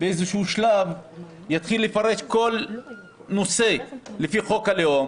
באיזשהו שלב יתחיל לפרש כל נושא לפי חוק הלאום